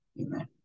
Amen